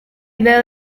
idea